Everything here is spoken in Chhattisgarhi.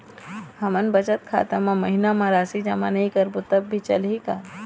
हमन बचत खाता मा महीना मा राशि जमा नई करबो तब भी चलही का?